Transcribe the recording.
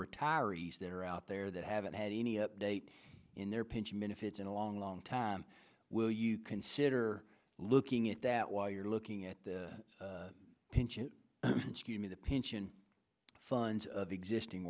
retirees that are out there that haven't had any update in their pension benefits in a long long time will you consider looking at that while you're looking at the pension scheme of the pension funds of existing